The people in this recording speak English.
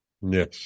Yes